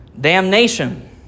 damnation